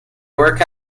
work